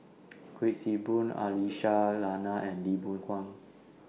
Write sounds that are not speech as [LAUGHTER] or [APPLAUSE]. [NOISE] Kuik Swee Boon Aisyah Lyana and Lee Boon Wang